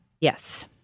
Yes